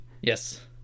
yes